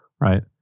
right